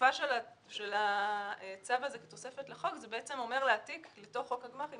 הוספה של הצו הזה כתוספת לחוק פירושה להעתיק לתוך חוק הגמ"חים